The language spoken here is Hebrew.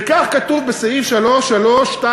וכך כתוב בסעיף 3321: